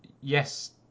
yes